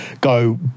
go